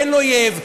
אין אויב,